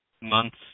months